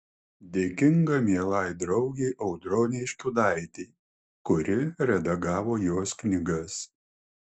dėkinga mielai draugei audronei škiudaitei kuri redagavo jos knygas